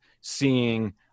seeing